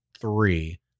three